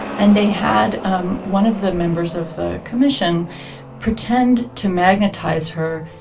and they had um one of the members of the commission pretend to magnetize her,